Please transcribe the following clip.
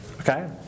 Okay